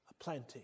aplenty